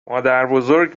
مادربزرگ